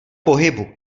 pohybu